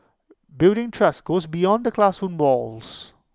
building trust goes beyond the classroom walls